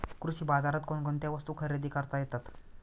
कृषी बाजारात कोणकोणत्या वस्तू खरेदी करता येतात